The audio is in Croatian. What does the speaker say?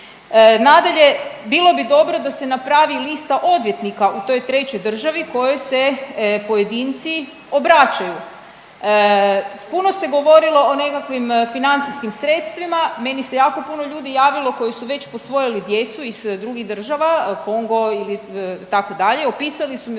Nadalje, bilo bi dobro da se napravi lista odvjetnika u toj trećoj državi kojoj se pojedinci obraćaju. Puno se govorilo o nekakvim financijskim sredstvima, meni se jako puno ljudi javilo koji su već posvojili djecu iz drugih država Kongo ili itd., opisali su mi